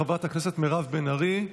של חברת הכנסת מירב בן ארי.